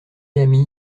ami